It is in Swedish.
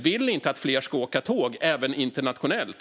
Vill ni inte att fler ska åka tåg även internationellt?